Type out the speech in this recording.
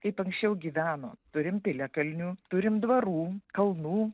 kaip anksčiau gyveno turim piliakalnių turim dvarų kalnų